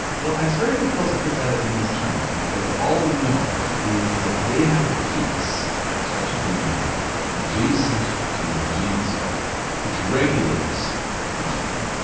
well it's very difficult to put that in those terms because all we know is that they have a piece, a stretch of dna adjacent to the gene itself which regulates the gene,